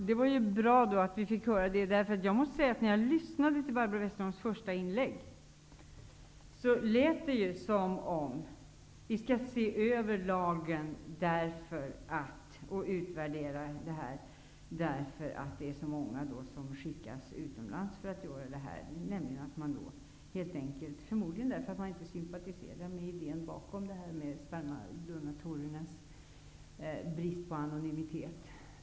Herr talman! Det var bra att vi fick höra detta. När jag lyssnade till Barbro Westerholms första inlägg lät det som om att lagen skulle ses över och utvärderas på grund av att det är så många som åker utomlands för att insemineras, förmodligen för att man inte sympatiserar med idén om spermadonatorernas brist på anonymitet.